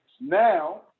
now